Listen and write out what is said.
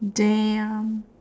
damn